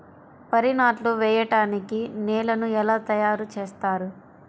వరి నాట్లు వేయటానికి నేలను ఎలా తయారు చేస్తారు?